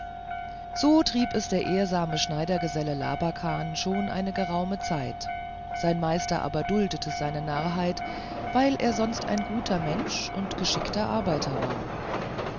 so trieb es der ehrsame schneidergeselle labakan schon eine geraume zeit sein meister aber duldete seine narrheit weil er sonst ein guter mensch und geschickter arbeiter war